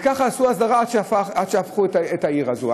וככה עשו הסדרה עד שהפכו את העיר הזאת.